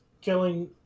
killing